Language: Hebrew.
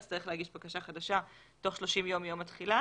יצטרך להגיש בקשה חדשה תוך 30 ימים מיום התחילה